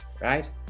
right